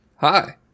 Hi